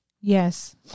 Yes